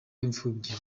w’imfubyi